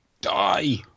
Die